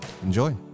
enjoy